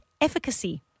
efficacy